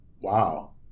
wow